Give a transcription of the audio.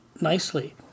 nicely